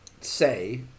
say